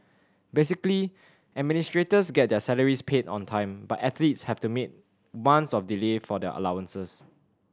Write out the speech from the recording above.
basically administrators get their salaries paid on time but athletes have to months of delay for their allowances